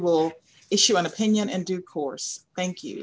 will issue an opinion in due course thank you